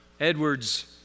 Edwards